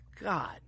God